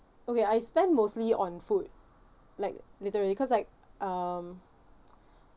okay I spend mostly on food like literally cause like um